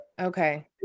Okay